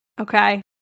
Okay